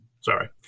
Sorry